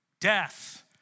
Death